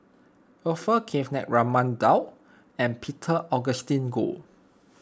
Orfeur Cavenagh Raman Daud and Peter Augustine Goh